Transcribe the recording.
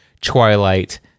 Twilight